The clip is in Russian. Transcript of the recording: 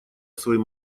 своим